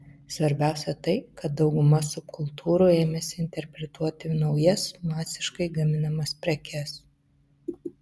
svarbiausia tai kad dauguma subkultūrų ėmėsi interpretuoti naujas masiškai gaminamas prekes